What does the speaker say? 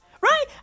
Right